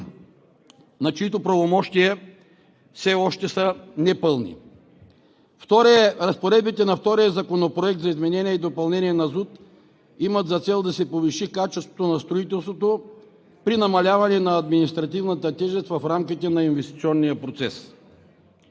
на чиито правомощия – все още са непълни. Разпоредбите на втория законопроект за изменение и допълнение на ЗУТ имат за цел да се повиши качеството на строителството при намаляване на административната тежест в рамките на инвестиционния процес.